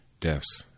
deaths